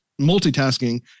multitasking